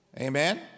Amen